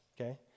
okay